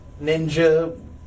ninja